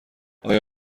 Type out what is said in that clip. آیا